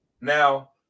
Now